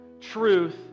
truth